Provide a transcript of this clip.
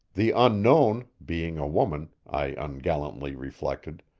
the unknown, being a woman, i ungallantly reflected,